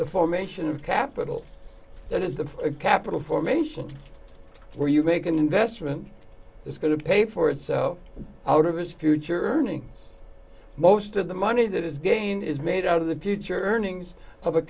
the formation of capital that is the capital formation where you make an investment that's going to pay for it so out of a future earnings most of the money that is gained is made out of the future earnings